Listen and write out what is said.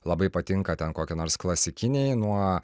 labai patinka ten kokie nors klasikinei nuo